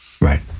Right